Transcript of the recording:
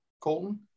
Colton